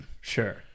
Sure